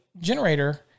generator